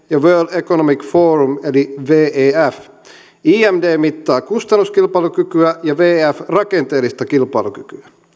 ja world economic forum eli wef imd mittaa kustannuskilpailukykyä ja wef rakenteellista kilpailukykyä